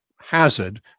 hazard